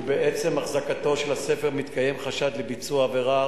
ובעצם החזקתו של הספר מתקיים חשד לביצוע עבירה,